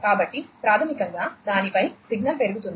కాబట్టి ప్రాథమికంగా దానిపై సిగ్నల్ పెరుగుతుంది